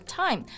time